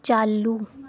चाल्लू